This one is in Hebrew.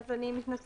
אז אני מתנצלת.